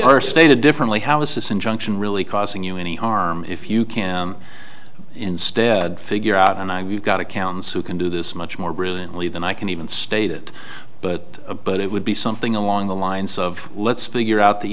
are stated differently how is this injunction really causing you any harm if you can instead figure out and i've got accountants who can do this much more brilliantly than i can even state it but but it would be something along the lines of let's figure out the